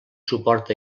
suport